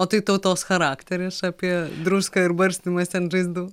o tai tautos charakteris apie druską ir barstymas ten žaizdų